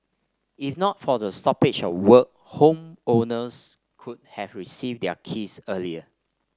if not for the stoppage of work homeowners could have received their keys earlier